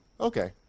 Okay